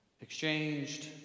exchanged